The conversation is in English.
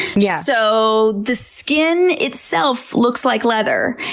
yeah so the skin itself looks like leather.